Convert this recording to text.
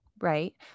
right